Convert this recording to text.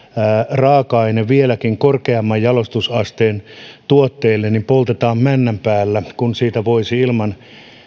raaka aine vieläkin korkeamman jalostusasteen tuotteille poltetaan männän päällä kun siitä voisi ilman